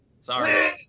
Sorry